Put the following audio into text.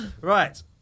Right